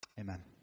Amen